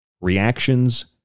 reactions